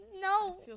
No